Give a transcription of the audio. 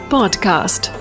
Podcast